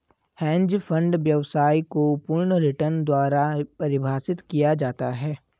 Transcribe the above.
hedge fund व्यवसाय को पूर्ण रिटर्न द्वारा परिभाषित किया जाता है